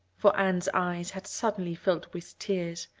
for anne's eyes had suddenly filled with tears.